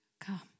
come